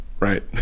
right